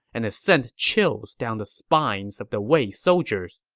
and it sent chills down the spines of the wei soldiers.